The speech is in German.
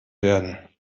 werden